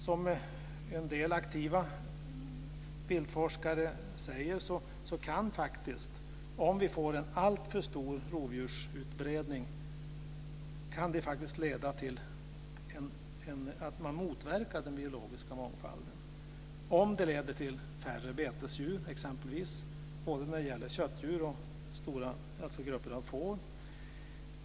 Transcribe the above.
Som en del aktiva viltforskare säger kan en alltför stor rovdjursutbredning leda till att den biologiska mångfalden motverkas, om det leder till färre betesdjur exempelvis, både köttdjur och grupper av får.